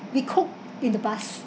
we cook in the bus